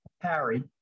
Harry